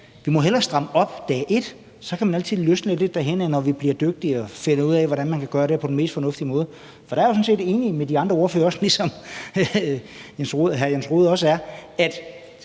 at vi hellere må stramme op dag et, og at man så altid kan løsne det lidt derhenad, når man bliver dygtigere og finder ud af, hvordan man kan gøre det på den mest fornuftige måde. For jeg er jo sådan set enig med de andre ordførere, ligesom hr. Jens Rohde også er, i,